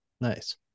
Nice